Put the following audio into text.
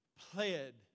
pled